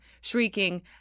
shrieking